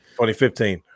2015